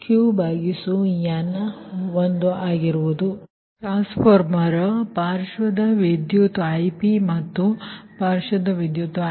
ಆದ್ದರಿಂದ ಇದು ಟ್ರಾನ್ಸ್ಫಾರ್ಮರ್ ಪ್ರಾತಿನಿಧ್ಯವಾಗಿದೆ ಮತ್ತು ಈ ಪಾರ್ಶ್ವದ ವಿದ್ಯುತ್ Ip ಮತ್ತು ಈ ಪಾರ್ಶ್ವದ ವಿದ್ಯುತ್ Iq